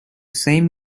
same